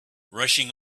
rushing